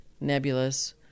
nebulous